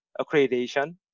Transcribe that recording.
accreditation